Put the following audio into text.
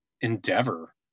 endeavor